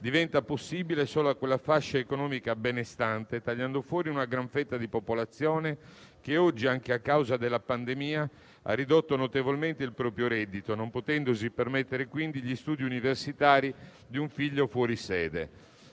diventa possibile solo alla fascia economica benestante, tagliando fuori una grande fetta di popolazione che oggi, anche a causa della pandemia, ha ridotto notevolmente il proprio reddito, non potendosi permettere quindi gli studi universitari di un figlio fuori sede.